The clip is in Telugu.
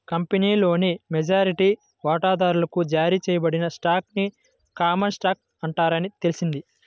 కంపెనీలోని మెజారిటీ వాటాదారులకు జారీ చేయబడిన స్టాక్ ని కామన్ స్టాక్ అంటారని తెలిసింది